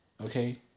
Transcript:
Okay